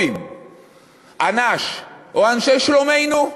אנ"ש, או אנשי שלומנו.